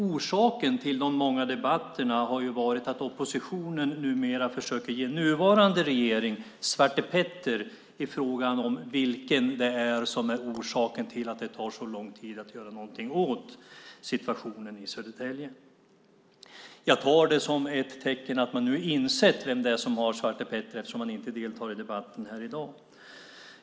Orsaken till de många debatterna har varit att oppositionen numera försöker ge nuvarande regering svartepetter i fråga om vem det är som är orsaken till att det tar så lång tid att göra någonting åt situationen i Södertälje. Jag tar det som ett tecken på att man nu har insett vem det är som har svartepetter, eftersom man inte deltar i debatten här i dag.